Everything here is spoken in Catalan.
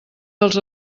dels